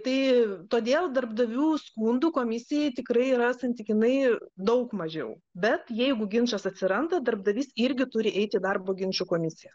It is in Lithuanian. tai todėl darbdavių skundų komisijai tikrai yra santykinai daug mažiau bet jeigu ginčas atsiranda darbdavys irgi turi eiti į darbo ginčų komisiją